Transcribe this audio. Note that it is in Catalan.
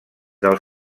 del